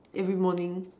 every morning